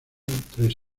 tres